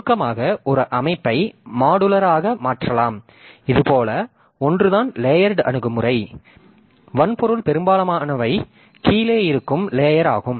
சுருக்கமாக ஒரு அமைப்பை மாடுலர் ஆக மாற்றலாம் இதுபோல ஒன்றுதான் லேயர்டு அணுகுமுறை வன்பொருள் பெரும்பாலானவை கீழே இருக்கும் லேயர் ஆகும்